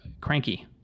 cranky